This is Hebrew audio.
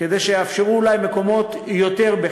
כדי שאולי יאפשרו יותר מקומות חינם.